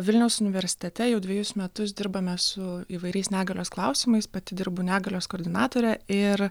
vilniaus universitete jau dvejus metus dirbame su įvairiais negalios klausimais pati dirbu negalios koordinatore ir